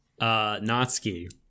Natsuki